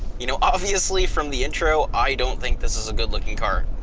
you know, obviously, from the intro, i don't think this is a good looking car.